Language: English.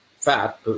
fat